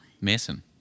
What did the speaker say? Mason